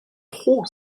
trop